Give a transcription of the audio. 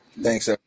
Thanks